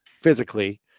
physically